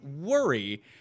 worry